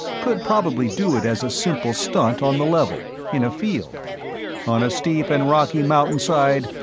could probably do it as a simple stunt on the level, in a field on a steep and rocky mountainside,